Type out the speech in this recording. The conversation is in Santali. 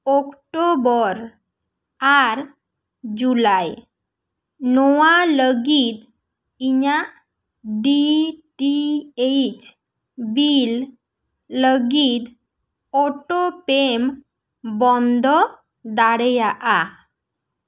ᱳᱠᱴᱳᱵᱚᱨ ᱟᱨ ᱡᱩᱞᱟᱭ ᱱᱚᱣᱟ ᱞᱟᱹᱜᱤᱫ ᱤᱧᱟᱹᱜ ᱰᱤ ᱴᱤ ᱮᱭᱤᱪ ᱵᱤᱞ ᱞᱟᱹᱜᱤᱫ ᱳᱴᱳᱯᱮᱢ ᱵᱚᱱᱫᱚ ᱫᱟᱲᱮᱭᱟᱜᱼᱟ